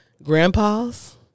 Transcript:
Grandpas